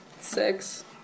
Six